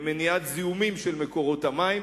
למניעת זיהום של מקורות המים,